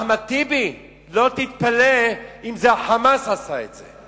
אחמד טיבי, אל תתפלא אם ה"חמאס" עשה את זה.